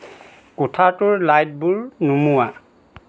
কোঠাটোৰ লাইটবোৰ নুমুওৱা